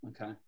okay